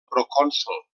procònsol